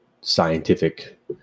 scientific